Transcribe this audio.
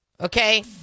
okay